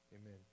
amen